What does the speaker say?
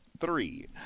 three